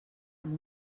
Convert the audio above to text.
amb